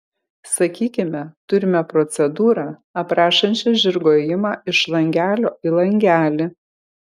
sakykime turime procedūrą aprašančią žirgo ėjimą iš langelio į langelį